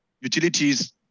utilities